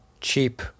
cheap